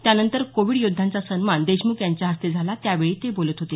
त्यानंतर कोविड योद्धांचा सन्मान देशमुख यांच्या हस्ते झाला त्यावेळी ते बोलत होते